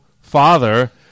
father